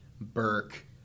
Burke